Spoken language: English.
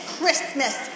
Christmas